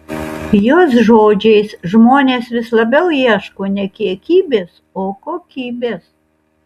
jos žodžiais žmonės vis labiau ieško ne kiekybės o kokybės